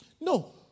No